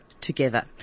together